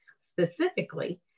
specifically